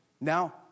Now